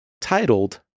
titled